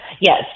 Yes